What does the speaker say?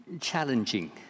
challenging